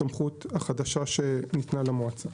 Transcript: הסמכות החדשה שניתנה למועצה.